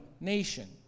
nation